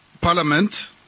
Parliament